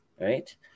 right